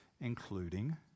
including